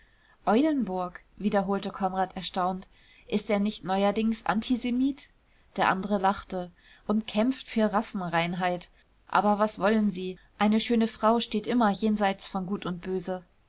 eulenburg wiederholte konrad erstaunt ist er nicht neuerdings antisemit der andere lachte und kämpft für rassenreinheit aber was wollen sie eine schöne frau steht immer jenseits von gut und böse